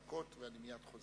תודה רבה.